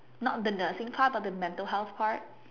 not the nursing part but the mental health part